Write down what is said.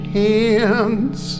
hands